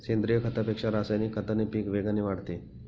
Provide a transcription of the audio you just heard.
सेंद्रीय खतापेक्षा रासायनिक खताने पीक वेगाने वाढते